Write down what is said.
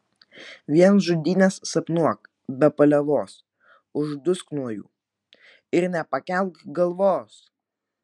vien žudynes sapnuok be paliovos uždusk nuo jų ir nepakelk galvos